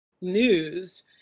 news